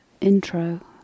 intro